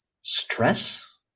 stress